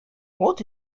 what